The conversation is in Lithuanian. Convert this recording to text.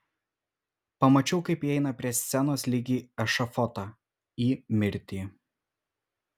pamačiau kaip ji eina prie scenos lyg į ešafotą į mirtį